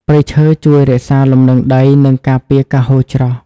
ព្រៃឈើជួយរក្សាលំនឹងដី និងការពារការហូរច្រោះ។